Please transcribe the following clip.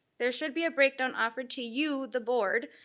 there should be a breakdown offered to you, the board,